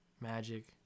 Magic